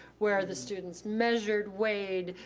where the students measured, weighed,